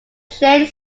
cheng